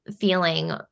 feeling